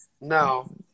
No